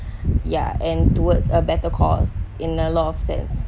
ya and towards a better course in a lot of sense